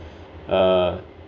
uh